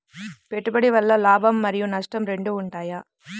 పెట్టుబడి వల్ల లాభం మరియు నష్టం రెండు ఉంటాయా?